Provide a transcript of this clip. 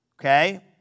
Okay